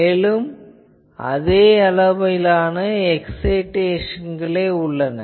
மேலும் அதே எக்சைடேசன்களே உள்ளன